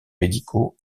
médicaux